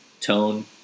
tone